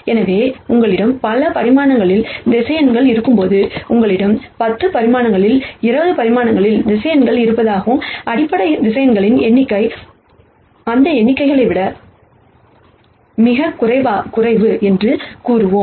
எனவே உங்களிடம் பல பரிமாணங்களில் வெக்டர்ஸ் இருக்கும்போது உங்களிடம் 10 பரிமாணங்களில் 20 பரிமாணங்களில் வெக்டர்ஸ் இருப்பதாகவும் அடிப்படை வெக்டர்ஸ் எண்ணிக்கை அந்த எண்களை விட மிகக் குறைவு என்றும் கூறுவோம்